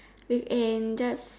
with and that's